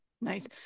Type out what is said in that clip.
Nice